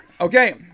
Okay